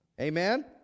Amen